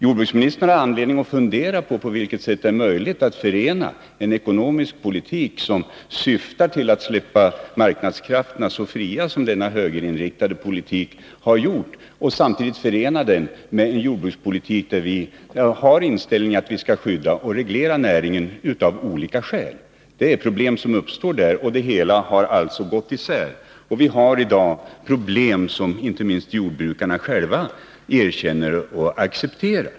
Jordbruksministern har anledning att fundera över på vilket sätt det är möjligt att förena en ekonomisk politik, som syftar till att släppa marknadskrafterna så fria som denna högerinriktade politik har gjort, med en jordbrukspolitik där vi har inställningen att vi av olika skäl skall skydda och reglera näringen. Där uppstår det problem. Det hela har gått isär, och vi har nu problem som inte minst jordbrukarna själva erkänner.